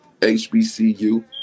HBCU